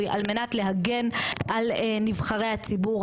ולא לתת לו כסף